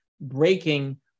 breaking